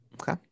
Okay